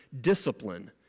discipline